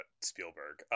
Spielberg